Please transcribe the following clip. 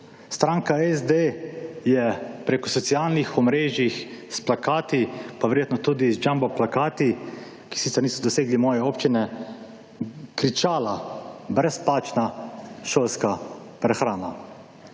(nadaljevanje) preko socialnih omrežij, s plakati in verjetno tudi z jumbo plakati, ki sicer niso dosegli moje občine, kričala brezplačna šolska prehrana.